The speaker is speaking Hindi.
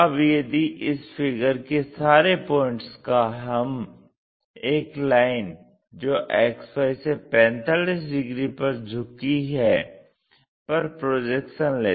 अब यदि इस फिगर के सारे पॉइंट्स का हम एक लाइन जो XY से 45 डिग्री पर झुकी है पर प्रोजेक्शन लेते हैं